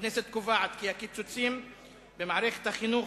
הכנסת קובעת כי הקיצוצים במערכת החינוך